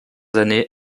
années